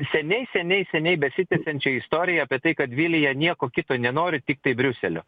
seniai seniai seniai besitęsiančią istoriją apie tai kad vilija nieko kito nenori tiktai briuselio